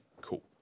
cool